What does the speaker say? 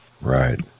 Right